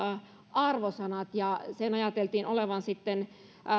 arvosanat ja sen ajateltiin sitten olevan